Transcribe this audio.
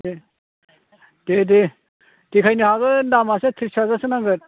दे दे दे देखायनो हागोन दामासो थ्रिस हाजारसो नांगोन